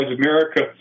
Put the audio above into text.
America